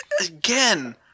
again